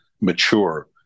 mature